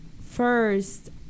First